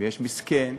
ויש מסכן,